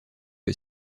que